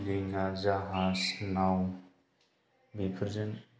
दिङा जाहाज नाव बेफोरजों